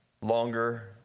longer